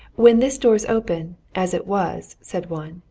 when this door's open as it was, said one,